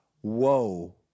whoa